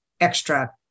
extra